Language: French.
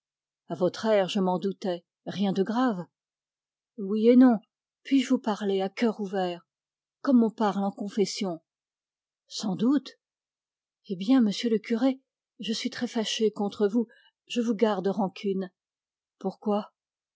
à votre air je m'en doutais rien de grave oui et non puis-je vous parler à cœur ouvert comme on parle en confession sans doute eh bien monsieur le curé je suis très fâchée contre vous je vous garde rancune pourquoi